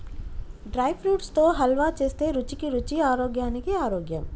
dry fruits తో హల్వా చేస్తే రుచికి రుచి ఆరోగ్యానికి ఆరోగ్యం